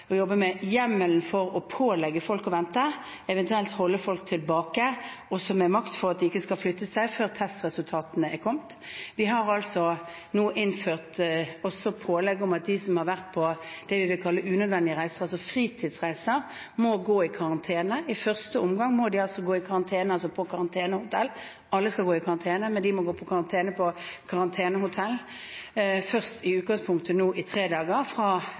pålegge folk å vente, eventuelt holde folk tilbake, også med makt, for at de ikke skal flytte seg før testresultatene er kommet. Vi har nå innført pålegg om at de som har vært på det vi vil kalle unødvendige reiser, altså fritidsreiser, må gå i karantene. I første omgang må de på karantenehotell – alle skal gå i karantene, men de må gå i karantene på karantenehotell – i utgangspunktet i tre dager. Fra